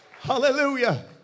Hallelujah